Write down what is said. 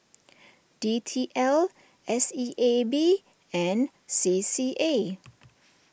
D T L S E A B and C C A